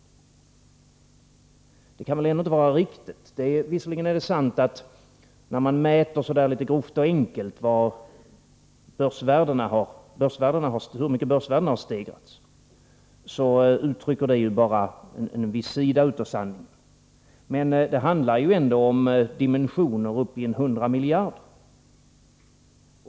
Det kan väl inte vara riktigt. Visserligen är det sant, att när man mäter litet grovt och enkelt hur mycket börsvärdena har stegrats så uttrycker det bara en viss sida av sanningen. Men det handlar ändå om dimensioner uppe i 100 miljarder.